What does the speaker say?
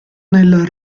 nella